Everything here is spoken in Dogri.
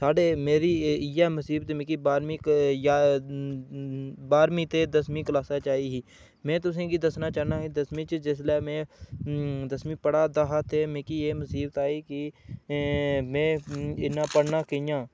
साढ़े मेरी इ'यै मुसीबत मिकी बाह्रमीं बारमीं ते दसमीं क्लासै च आई ही में तुसेंगी दस्सना चाह्नां दसमीं च जिसलै में दसमीं पढ़ै दा हा ते मिकी एह् मुसीबत आई कि में इन्ना पढ़ना कि'यां